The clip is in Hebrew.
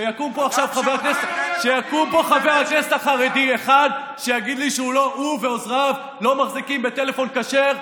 שתהיה תחרות לכל אזרח חרדי והוא יוכל לקנות איפה שהוא רוצה.